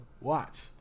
Watch